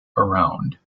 around